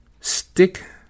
Stick